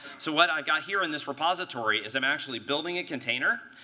so what i've got here in this repository is i'm actually building a container,